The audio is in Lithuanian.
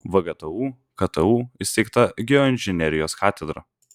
vgtu ktu įsteigta geoinžinerijos katedra